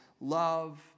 Love